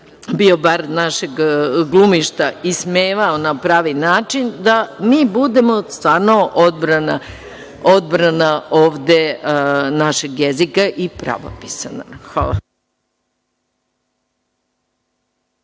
bio bard našeg glumišta, ismevao na pravi način, da mi budemo stvarno odbrana ovde našeg jezika i pravopisa.